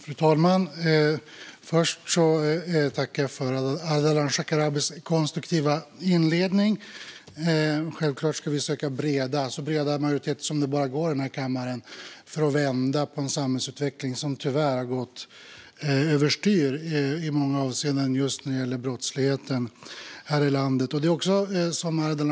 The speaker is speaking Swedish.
Fru talman! Jag tackar för Ardalan Shekarabis konstruktiva inledning. Självklart ska vi söka så breda majoriteter som det bara går i den här kammaren för att vända på en samhällsutveckling som tyvärr gått över styr i många avseenden när det gäller brottsligheten här i landet.